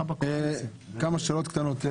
כמה שאלות קטנות.